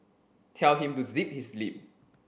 tell him to zip his lip